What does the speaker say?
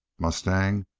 mustang?